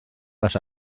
les